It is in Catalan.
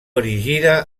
erigida